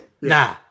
Nah